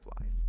life